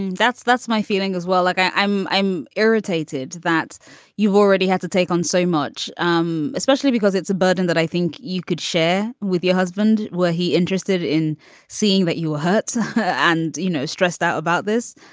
and that's that's my feeling as well. like i'm i'm irritated that you've already had to take on so much. um especially because it's a burden that i think you could share with your husband. well he interested in seeing that you were hurt and you know stressed out about this.